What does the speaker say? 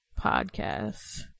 podcast